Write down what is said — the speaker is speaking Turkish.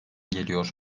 geliyor